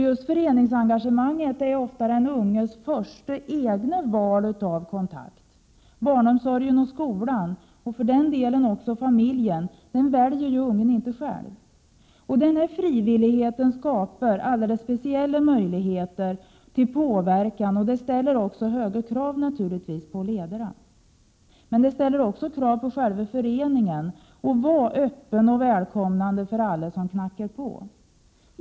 Just föreningsengagemanget är ofta den unges första egna val av kontakt. Barnomsorgen och skolan — och för den delen också familjen — väljer ungen juinte själv. Denna frivillighet skapar speciella möjligheter till påverkan och det ställer också höga krav på ledarna. Det ställer också krav på själva föreningen att vara öppen och välkomnande för alla som knackar på dörren.